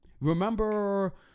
remember